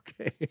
Okay